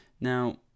Now